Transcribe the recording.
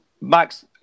Max